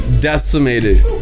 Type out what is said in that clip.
decimated